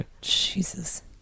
Jesus